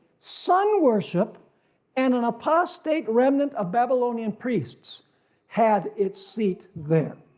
sun worship and an apostate remnant of babylonian priests had its seat there.